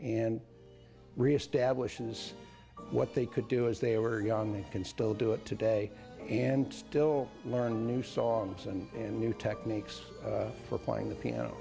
and reestablishes what they could do as they were young they can still do it today and still learn new songs and a new techniques for playing the piano